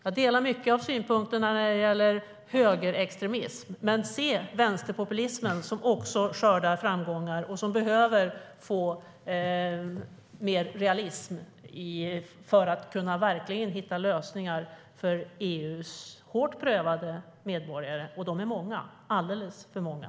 Jag delar mycket av synpunkterna när det gäller högerextremism, men se vänsterpopulismen som också skördar framgångar och som behöver få mer realism för att kunna hitta lösningar för EU:s hårt prövade medborgare. Och de är många, alldeles för många.